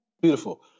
Beautiful